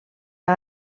han